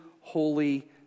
Holy